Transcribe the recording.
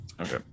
Okay